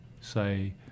say